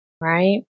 right